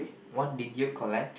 what did you collect